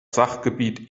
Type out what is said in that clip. sachgebiet